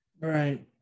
Right